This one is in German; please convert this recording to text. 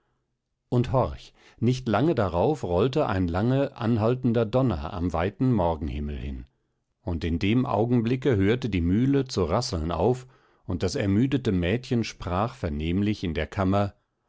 und horch nicht lange darauf rollte ein lange anhaltender donner am weiten morgenhimmel hin und in dem augenblicke hörte die mühle zu rasseln auf und das ermüdete mädchen sprach vernehmlich in der kammer